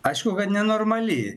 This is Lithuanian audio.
aišku kad nenormali